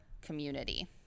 community